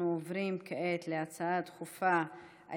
אנחנו עוברים כעת להצעות דחופות בנושא: